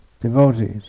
devotees